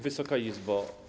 Wysoka Izbo!